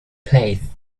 place